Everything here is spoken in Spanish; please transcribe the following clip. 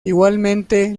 igualmente